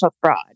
Fraud